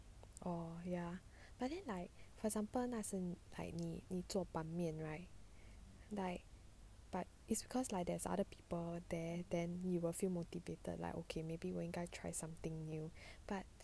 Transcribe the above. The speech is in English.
orh ya but then like for example 那时 like 你做 ban mian right like but it's because like there's other people there then you will feel motivated like okay maybe 我应该 try something new but